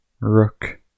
Rook